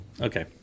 Okay